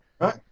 Right